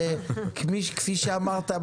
וכפי שאמרת,